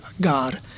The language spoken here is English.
God